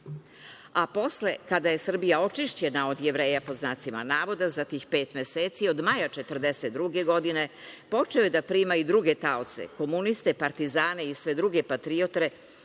a posle, kada je Srbija „očišćena“ od Jevreja, za tih pet meseci, od maja 1942. godine, počeo je da prima i druge taoce – komuniste, partizane i sve druge patriote